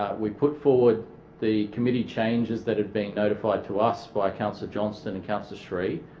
we put forward the committee changes that had been notified to us by councillor johnston and councillor sri.